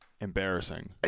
embarrassing